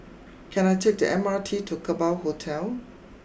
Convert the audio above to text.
can I take the M R T to Kerbau Hotel